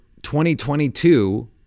2022